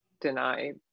deny